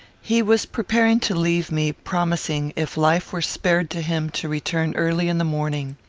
he was preparing to leave me, promising, if life were spared to him, to return early in the morning.